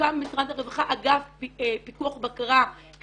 שהוקם במשרד הרווחה אגף פיקוח ובקרה כדי